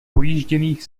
pojížděných